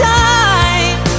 time